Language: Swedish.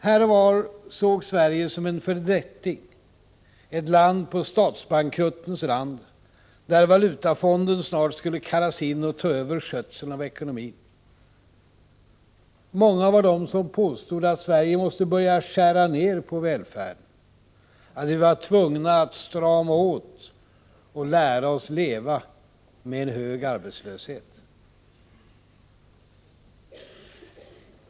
Här och var sågs Sverige som en fördetting, ett land på statsbankruttens rand, där valutafonden snart skulle kallas in och ta över skötseln av ekonomin. Många var de som påstod att Sverige måste börja skära ned på välfärden, att vi var tvungna att strama åt och lära oss leva med hög arbetslöshet.